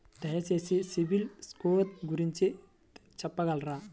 దయచేసి సిబిల్ స్కోర్ గురించి చెప్పగలరా?